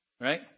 Right